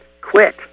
quit